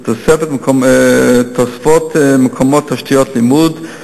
תוספת מקומות ותשתיות לימוד,